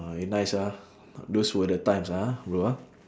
ah we nice ah those were the times ah bro ah